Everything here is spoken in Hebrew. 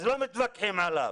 אז לא מתווכחים עליו.